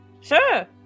sure